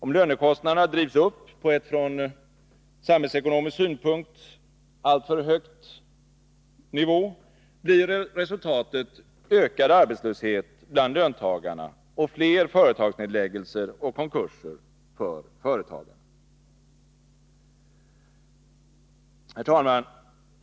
Om lönekostnaderna drivs upp på ett från samhällsekonomisk synpunkt alltför hög nivå, blir resultatet ökad arbetslöshet bland löntagarna och fler företagsnedläggelser och konkurser för företagarna. Herr talman!